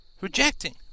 Rejecting